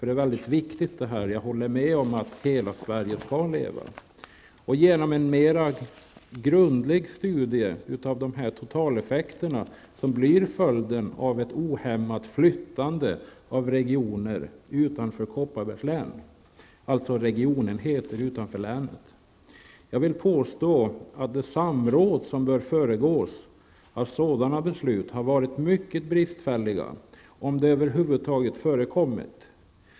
Det är viktigt, och jag håller med om att hela Sverige skall leva. En mer grundlig studie bör göras av de totaleffekter som blir följden av ett ohämmat flyttande av regionenheter ut ur Kopparbergs län. Jag vill påstå att de samråd som bör föregå sådana beslut har varit mycket bristfälliga, om det över huvud taget har förekommit några.